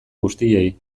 guztiei